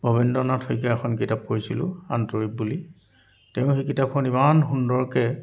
ভবেন্দ্ৰনাথ শইকীয়াৰ এখন কিতাপ পঢ়িছিলোঁ অন্তৰীপ বুলি তেওঁ সেই কিতাপখন ইমান সুন্দৰকৈ